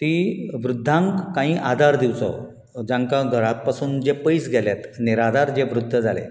ती वृद्धांक काही आदार दिवचो जांकां घरांत पसून जे परस गेल्यात निराधार जे वृद्ध जाले